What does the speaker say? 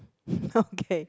okay